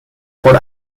por